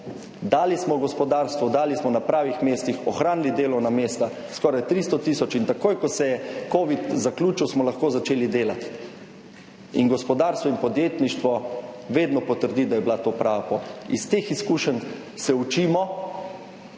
dali smo gospodarstvo, dali smo na pravih mestih, ohranili delovna mesta, skoraj 300 tisoč in takoj, ko se je covid zaključil, smo lahko začeli delati in gospodarstvo in podjetništvo vedno potrdi, da je bila to prava pot. Iz teh izkušenj se učimo